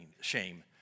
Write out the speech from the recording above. shame